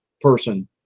person